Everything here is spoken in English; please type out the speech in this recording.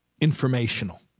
informational